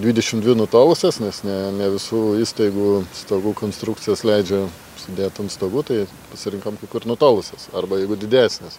dvidešim dvi nutolusios nes ne ne visų įstaigų stogų konstrukcijos leidžia sudėt ant stogų tai pasirinkom kur nutolusios arba jeigu didesnės